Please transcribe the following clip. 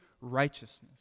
righteousness